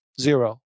zero